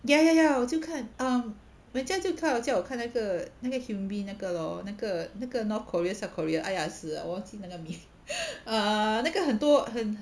ya ya ya 我就看 um 人家就看叫我看那个那个 hyun bin 那个咯那个那个 north korea south korea !aiya! 死了忘记那个名 ah 那个很多很